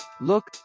Look